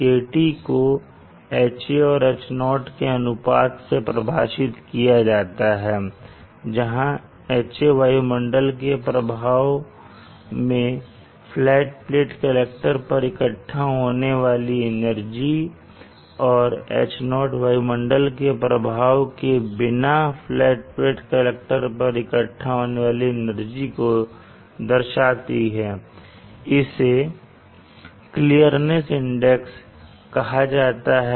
KT को Ha और H0 के अनुपात से परिभाषित किया जाता है जहां Ha वायुमंडल के प्रभाव में फ्लैट प्लेट कलेक्टर पर इकट्ठा होने वाली एनर्जी और H0 वायुमंडल के प्रभाव के बिना फ्लैट प्लेट कलेक्टर पर इकट्ठा होने वाली एनर्जी को दर्शाती है जिसे क्लीर्निस इंडेक्स कहा जाता है